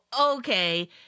Okay